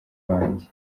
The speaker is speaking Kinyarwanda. banjye